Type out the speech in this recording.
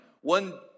one